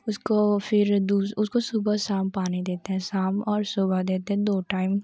उसको फ़िर दू उषो सुबह शाम पानी देते है शाम और सुबह देते है दो टाइम